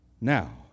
Now